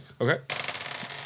okay